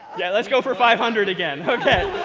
yeah, let's go for five hundred again. ok.